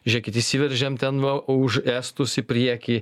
žiūrėkit išsiveržėm ten va už estus į priekį